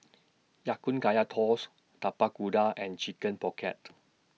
Ya Kun Kaya Toast Tapak Kuda and Chicken Pocket